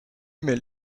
mail